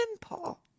Paul